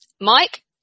Mike